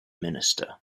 minister